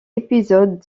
épisodes